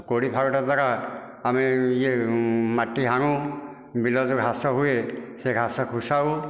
କୋଡ଼ି ଫାଉଡ଼ା ଦ୍ଵାରା ଆମେ ମାଟି ହାଣୁ ବିଲରେ ଯେଉଁ ଘାସ ହୁଏ ସେ ଘାସ ଖୁସାଉ